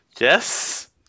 Yes